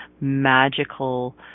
magical